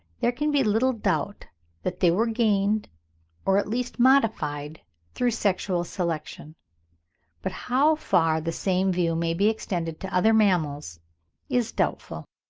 there can be little doubt that they were gained or at least modified through sexual selection but how far the same view may be extended to other mammals is doubtful.